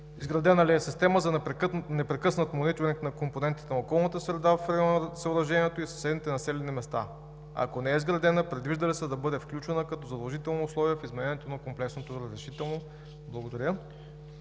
Изградена ли е система за непрекъснат мониторинг на компонентите на околната среда в района на съоръжението и съседните населени места? Ако не е изградена, предвижда ли се да бъде включена като задължително условие в изменението на комплексното разрешително? Благодаря.